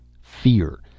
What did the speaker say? Fear